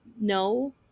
no